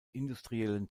industriellen